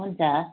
हुन्छ